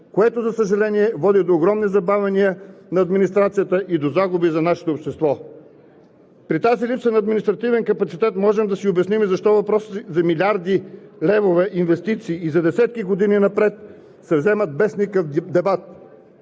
което, за съжаление, води до огромни забавяния на администрацията и до загуби за нашето общество. При тази липса на административен капацитет можем да си обясним и защо въпросът за милиарди левове инвестиции и за десетки години напред се вземат без никакъв дебат.